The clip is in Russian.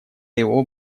его